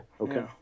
Okay